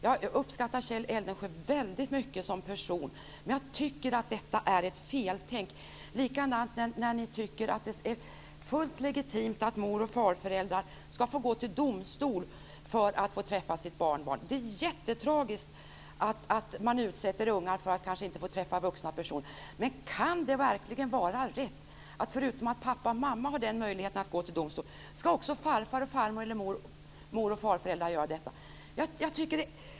Jag uppskattar Kjell Eldensjö väldigt mycket som person, men här tänker ni fel. Detsamma gäller när ni säger att det ska vara fullt legitimt att mor och farföräldrar ska kunna gå till domstol för att få träffa sitt barnbarn. Det är jättetragiskt att utsätta ungar för att kanske inte få träffa vuxna personer. Men kan det verkligen vara riktigt att förutom att pappa och mamma har möjligheten att gå till domstol ska också mor och farföräldrar ha den möjligheten?